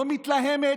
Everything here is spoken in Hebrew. לא מתלהמת,